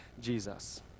Jesus